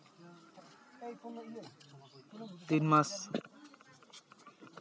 ᱛᱤᱱ ᱢᱟᱥ